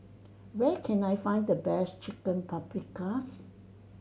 where can I find the best Chicken Paprikas